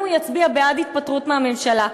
אם הוא יצביע בעד התפטרות מהממשלה,